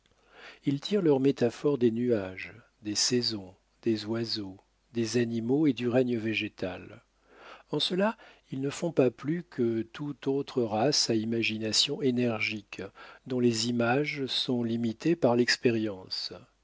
ils tirent leurs métaphores des nuages des saisons des oiseaux des animaux et du règne végétal en cela ils ne font pas plus que toute autre race à imagination énergique dont les images sont limitées par l'expérience